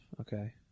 Okay